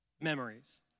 memories